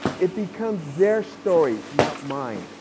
it becomes their story, not mine.